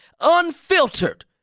unfiltered